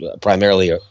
primarily